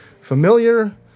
familiar